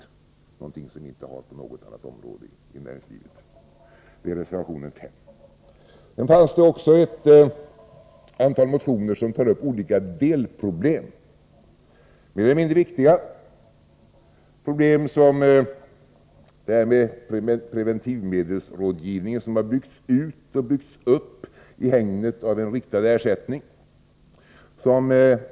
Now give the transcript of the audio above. Det är något som vi inte har på något annat område i näringslivet. Det finns också ett antal motioner som tar upp olika delproblem. Det rör sig om mer eller mindre viktiga problem som t.ex. preventivmedelsrådgivning, som har byggts ut och upp i hägnet av en riktad ersättning.